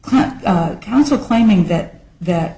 come counsel claiming that that